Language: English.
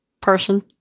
person